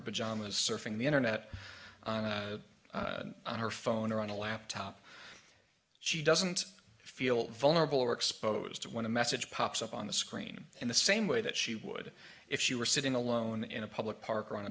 pajamas surfing the internet on her phone or on a laptop she doesn't feel vulnerable or exposed when a message pops up on the screen in the same way that she would if she were sitting alone in a public park o